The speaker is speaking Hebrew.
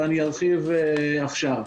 ואני ארחיב עכשיו.